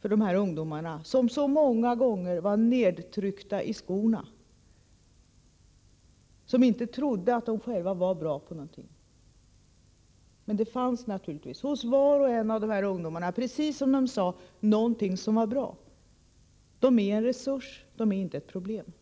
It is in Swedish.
för de här ungdomarna, som så många gånger varit nedtryckta i skorna, som så lätt kunnat fås att tro att de inte var bra på någonting. Men det fanns naturligtvis hos var och en av dessa ungdomar, precis som de sade, någonting som var bra. De är en resurs, inte ett problem.